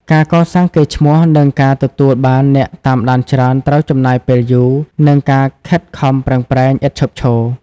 ការកសាងកេរ្តិ៍ឈ្មោះ និងការទទួលបានអ្នកតាមដានច្រើនត្រូវចំណាយពេលយូរ និងការខិតខំប្រឹងប្រែងឥតឈប់ឈរ។